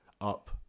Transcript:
up